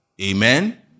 Amen